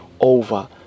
over